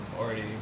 already